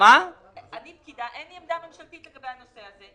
אין לי עמדה ממשלתית לגבי הנושא הזה.